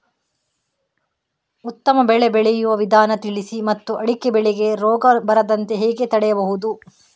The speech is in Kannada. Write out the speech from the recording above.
ಉತ್ತಮ ಬೆಳೆ ಬೆಳೆಯುವ ವಿಧಾನ ತಿಳಿಸಿ ಮತ್ತು ಅಡಿಕೆ ಬೆಳೆಗೆ ರೋಗ ಬರದಂತೆ ಹೇಗೆ ತಡೆಗಟ್ಟಬಹುದು?